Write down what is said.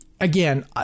Again